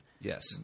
Yes